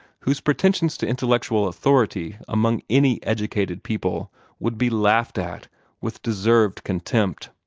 whose pretensions to intellectual authority among any educated people would be laughed at with deserved contempt.